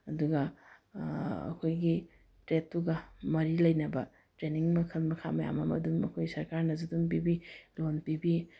ꯑꯗꯨꯒ ꯑꯩꯈꯣꯏꯒꯤ ꯇ꯭ꯔꯦꯠꯇꯨꯒ ꯃꯔꯤ ꯂꯩꯅꯕ ꯇ꯭ꯔꯦꯅꯤꯡ ꯃꯈꯜ ꯃꯈꯥ ꯃꯌꯥꯝ ꯑꯃ ꯑꯗꯨꯝ ꯑꯩꯈꯣꯏ ꯁꯔꯀꯥꯔꯅꯁꯨ ꯑꯗꯨꯝ ꯄꯤꯕꯤ ꯂꯣꯟ ꯄꯤꯕꯤ